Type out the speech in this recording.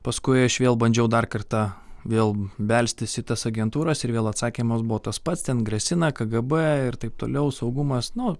paskui aš vėl bandžiau dar kartą vėl belstis į tas agentūras ir vėl atsakymas buvo tas pats ten grasina kgb ir taip toliau saugumas nu